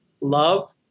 love